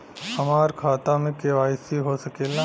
हमार खाता में के.वाइ.सी हो सकेला?